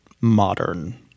modern